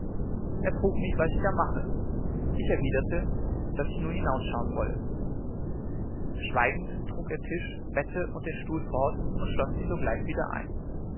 er frug mich was ich da mache ich erwiderte daß ich nur hinausschauen wollen schweigend trug er tisch bette und den stuhl fort und schloß mich sogleich wieder ein